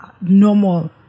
normal